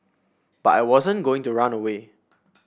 but I wasn't going to run away